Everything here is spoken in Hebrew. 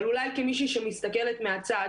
אבל אולי כמישהי שמסתכלת מהצד